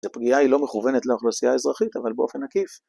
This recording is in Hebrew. הפגיעה היא לא מכוונת לאוכלוסייה אזרחית, אבל באופן עקיף.